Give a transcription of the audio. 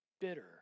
bitter